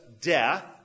death